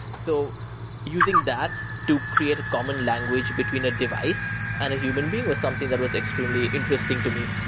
so using that to create a common language between a device and a human being was something that was extremely interesting to me.